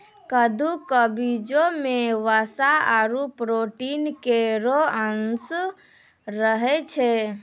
कद्दू क बीजो म वसा आरु प्रोटीन केरो अंश रहै छै